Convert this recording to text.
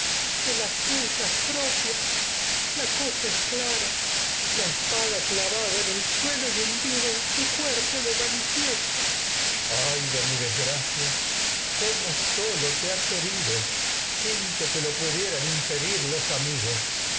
las suyas tecmesa de propias la cosa es clara la espada clavada en el suelo y hundida en su cuerpo lo manifiesta coro ay de mi desgracia te lo en cómo solo te has heri do sin que todo de pudieran impedir los amigos